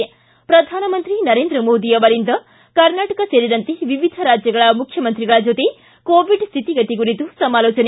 ಿ ಪ್ರಧಾನಮಂತ್ರಿ ನರೇಂದ್ರ ಮೋದಿ ಅವರಿಂದ ಕರ್ನಾಟಕ ಸೇರಿದಂತೆ ವಿವಿಧ ರಾಜ್ಯಗಳ ಮುಖ್ಯಮಂತ್ರಿಗಳ ಜೊತೆ ಕೋವಿಡ್ ಸ್ಹಿತಿಗತಿ ಕುರಿತು ಸಮಾಲೋಚನೆ